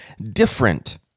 different